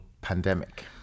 pandemic